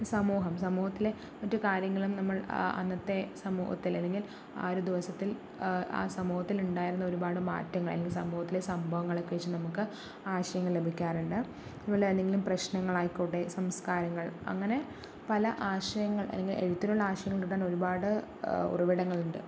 സമൂഹം സമൂഹത്തിലെ മറ്റു കാര്യങ്ങളും നമ്മൾ ആ അന്നത്തെ സമൂഹത്തിലെ അല്ലെങ്കിൽ ആ ഒരു ദിവസത്തിൽ ആ സമൂഹത്തിൽ ഉണ്ടായിരുന്ന ഒരുപാട് മാറ്റങ്ങൾ അല്ലെങ്കിൽ സമൂഹത്തിലെ സംഭവങ്ങൾ എക്കെ വച്ച് നമുക്ക് ആശയങ്ങൾ ലഭിക്കാറുണ്ട് അതുപോലെ എന്തെങ്കിലും പ്രശ്നങ്ങൾ ആയിക്കോട്ടെ സംസ്കാരങ്ങൾ അങ്ങനെ പല ആശയങ്ങൾ അല്ലെങ്കിൽ എഴുത്തിനുള്ള ആശയങ്ങൾ തന്നെ ഒരുപാട് ഉറവിടങ്ങൾ ഇണ്ട്